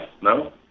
No